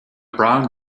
brown